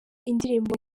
indirimbo